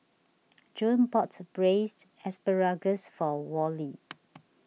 June bought Braised Asparagus for Worley